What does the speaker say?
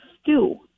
Stew